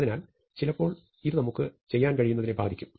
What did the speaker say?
അതിനാൽ ചിലപ്പോൾ ഇത് നമുക്ക് ചെയ്യാൻ കഴിയുന്നതിനെ ബാധിക്കും